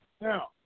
Now